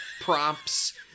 props